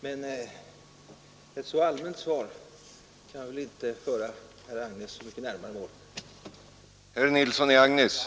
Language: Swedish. Men ett så allmänt svar kan väl inte föra herr Nilsson i Agnäs så mycket närmare målet.